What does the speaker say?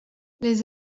les